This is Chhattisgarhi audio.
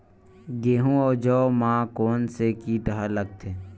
गेहूं अउ जौ मा कोन से कीट हा लगथे?